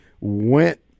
went